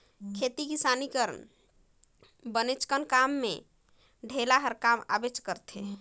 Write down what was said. खेती किसानी कर बनेचकन काम मे डेलवा हर काम आबे करथे